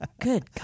Good